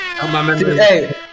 hey